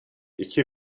iki